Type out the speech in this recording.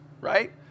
right